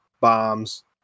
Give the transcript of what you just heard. bombs